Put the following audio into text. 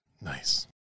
Nice